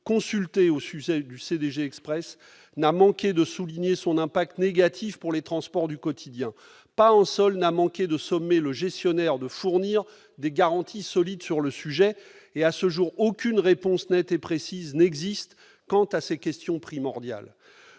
comptes et d'autres -n'a manqué de souligner son impact négatif pour les transports du quotidien. Pas un seul n'a manqué de sommer le gestionnaire de fournir des garanties solides sur le sujet. À ce jour, aucune réponse nette et précise n'existe quant à ces questions primordiales.